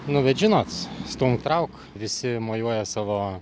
nu bet žinots stumk trauk visi mojuoja savo